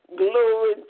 glory